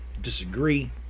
disagree